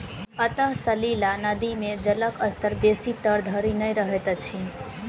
अंतः सलीला नदी मे जलक स्तर बेसी तर धरि नै रहैत अछि